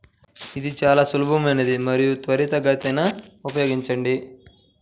ఇది చాలా సులభమైనది మరియు త్వరితగతిన ఉపయోగించడం